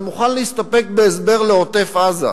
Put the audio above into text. אני מוכן להסתפק בהסבר לעוטף-עזה.